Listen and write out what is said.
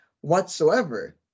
whatsoever